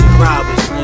robbers